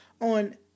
on